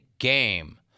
game